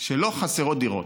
שלא חסרות דירות.